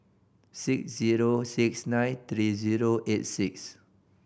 six zero six nine three zero eight six